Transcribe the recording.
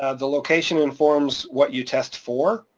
ah the location informs what you test for,